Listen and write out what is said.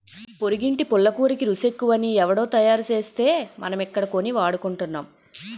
పొరిగింటి పుల్లకూరకి రుసెక్కువని ఎవుడో తయారుసేస్తే మనమిక్కడ కొని వాడుకుంటున్నాం